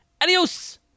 Adios